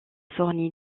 fournit